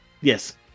Yes